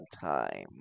time